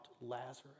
Lazarus